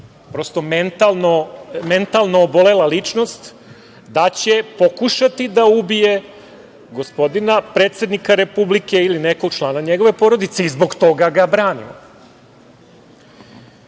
neka mentalno obolela ličnost pokušati da ubije gospodina predsednika Republike ili nekog člana njegove porodice i zbog toga ga branimo. Stoga,